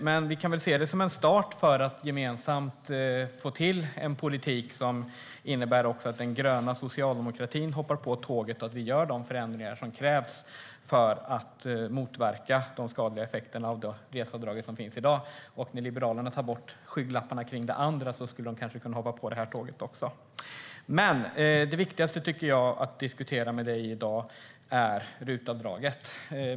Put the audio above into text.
Men vi kan väl se det som en start för att gemensamt få till en politik som innebär att också den gröna socialdemokratin hoppar på tåget och att vi gör de förändringar som krävs för att motverka de skadliga effekterna av det reseavdrag som finns i dag. När Liberalerna tar bort skygglapparna kring det andra skulle de kanske kunna hoppa på det här tåget också. Men det viktigaste att diskutera med dig i dag, tycker jag, är RUT-avdraget.